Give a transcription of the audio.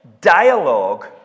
dialogue